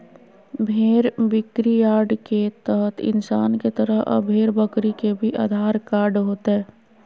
भेड़ बिक्रीयार्ड के तहत इंसान के तरह अब भेड़ बकरी के भी आधार कार्ड होतय